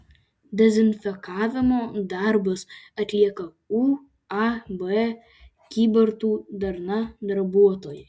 dezinfekavimo darbus atlieka uab kybartų darna darbuotojai